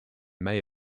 may